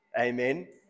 Amen